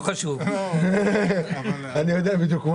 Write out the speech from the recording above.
לא קיבלנו תשובות.